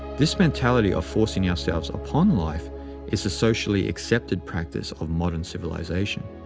this mentality of forcing ourselves upon life is the socially accepted practice of modern civilization.